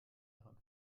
darin